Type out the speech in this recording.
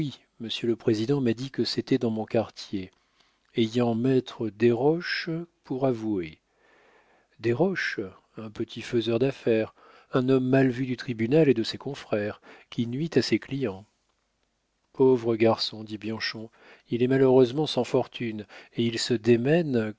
monsieur le président m'a dit que c'était dans mon quartier ayant me desroches pour avoué desroches un petit faiseur d'affaires un homme mal vu du tribunal et de ses confrères qui nuit à ses clients pauvre garçon dit bianchon il est malheureusement sans fortune et il se démène